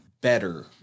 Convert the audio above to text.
better